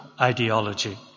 ideology